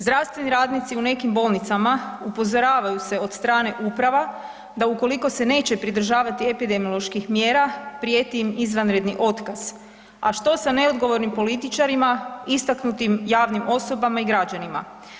Zdravstveni radnici u nekim bolnicama upozoravaju se od strane uprava da ukoliko se neće pridržavati epidemioloških mjera prijeti im izvanredni otkaz, a što sa neodgovornim političarima, istaknutim javnim osobama i građanima?